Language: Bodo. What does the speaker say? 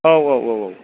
औ औ औ औ